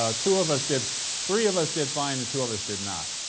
ah two of us did three of us did fine and two of us did not,